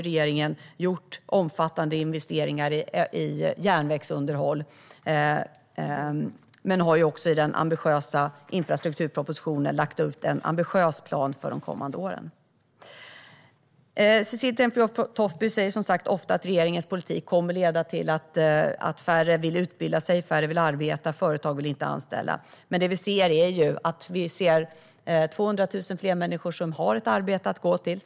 Regeringen har gjort omfattande investeringar i järnvägsunderhåll och har även i den ambitiösa infrastrukturpropositionen lagt ut en ambitiös plan för de kommande åren. Cecilie Tenfjord-Toftby säger som sagt ofta att regeringens politik kommer att leda till att färre vill utbilda sig, att färre vill arbeta och att företagen inte vill anställa. Men det vi ser är att 200 000 fler människor har ett arbete att gå till.